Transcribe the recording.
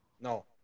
no